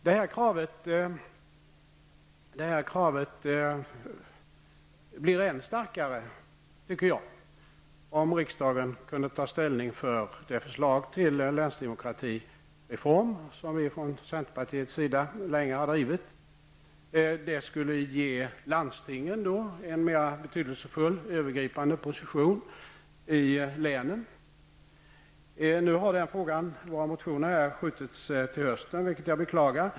Det här kravet blir än starkare, tycker jag, om riksdagen kunde ta ställning för det förslag till länsdemokratireform som vi från centerpartiets sida länge har drivit. Det skulle ge landstingen en mera betydelsefull, övergripande position i länen. Nu har våra motioner i den frågan skjutits till hösten, vilket jag beklagar.